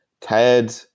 Ted